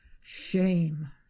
shame